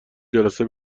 جلسه